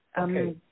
okay